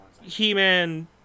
he-man